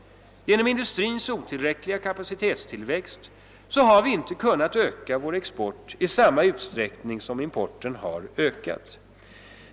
Genom industrins otillräckliga kapacitetstillväxt har vi inte kunnat öka vår export i samma utsträckning som importen har ökat.